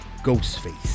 ghostface